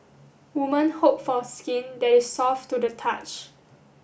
women hope for skin that is soft to the touch